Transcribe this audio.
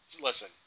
Listen